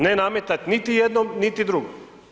Ne nametati niti jednom niti drugom.